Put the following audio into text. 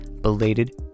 belated